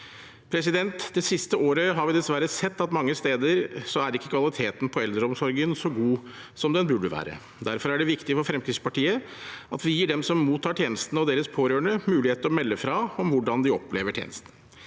trenger vi. Det siste året har vi dessverre sett at kvaliteten på eldreomsorgen mange steder ikke er så god som den burde være. Derfor er det viktig for Fremskrittspartiet at vi gir dem som mottar tjenestene, og deres pårørende mulighet til å melde fra om hvordan de opplever tjenestene.